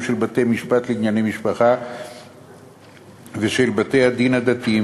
של בתי-המשפט לענייני משפחה ושל בתי-הדין הדתיים,